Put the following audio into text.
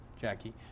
Jackie